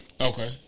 Okay